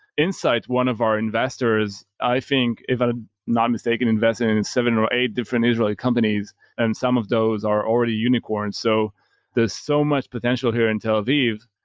insight, one of our investors, i think, if i'm not mistaken, investing and in seven or eight different israeli companies and some of those are already unicorns. so there's so much potential here in tel aviv.